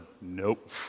nope